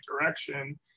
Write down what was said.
direction